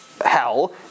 hell